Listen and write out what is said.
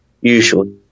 usually